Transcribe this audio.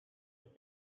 tôt